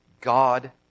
God